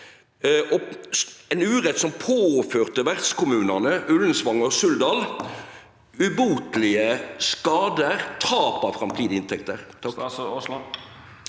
ein urett som påførte vertskommunane Ullensvang og Suldal ubotelege skadar og tap av framtidige inntekter?